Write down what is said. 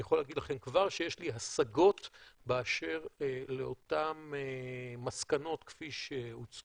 אני יכול להגיד לכם כבר שיש לי השגות באשר לאותן מסקנות כפי שהוצגו,